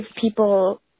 people